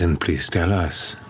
and please, tell us.